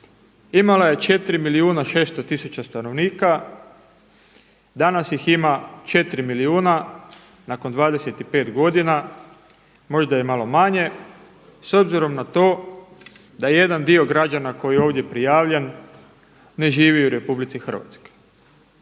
imala je 4 milijuna 600 tisuća stanovnika, danas ih ima 4 milijuna nakon 25 godina, možda i malo manje s obzirom na to da jedan dio građana koji je ovdje prijavljen ne živi u RH. Da su